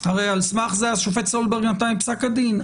על סמך זה השופט סולברג גם נתן את פסק הדין,